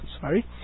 sorry